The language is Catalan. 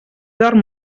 dorm